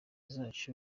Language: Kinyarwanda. zacu